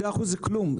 2% זה כלום,